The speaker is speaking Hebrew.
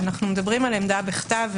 על עמדה בכתב.